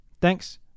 Thanks